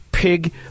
pig